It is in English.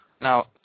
now